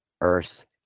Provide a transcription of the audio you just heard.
earth